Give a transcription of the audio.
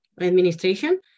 administration